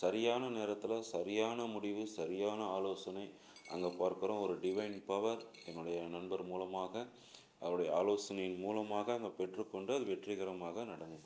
சரியான நேரத்தில் சரியான முடிவு சரியான ஆலோசனை அங்கே போன அப்புறம் ஒரு டிவைன் பவர் என்னுடைய நண்பர் மூலமாக அவருடைய ஆலோசனையின் மூலமாக அங்கே பெற்றுக்கொண்டு அது வெற்றிகரமாக நடந்து முடிந்தது